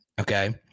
okay